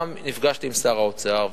גם נפגשתי עם שר האוצר,